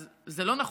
אז זה לא נכון.